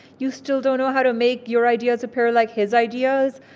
you still don't know how to make your ideas appear like his ideas.